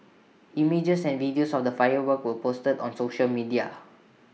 images and video of the fireworks were posted on social media